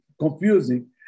confusing